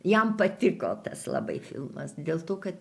jam patiko tas labai filmas dėl to kad